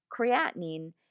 creatinine